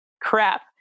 crap